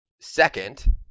Second